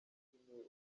ntibishimiye